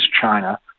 China